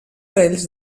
parells